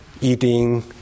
eating